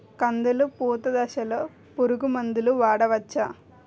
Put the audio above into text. కందులు పూత దశలో పురుగు మందులు వాడవచ్చా?